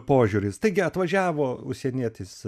požiūris taigi atvažiavo užsienietis